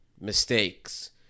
Mistakes